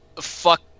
fuck